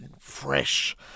fresh